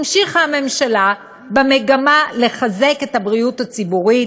המשיכה הממשלה במגמה לחזק את הבריאות הציבורית